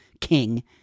king